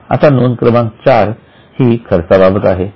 आता नोंद क्रमांक चारही खर्चाबाबत आहे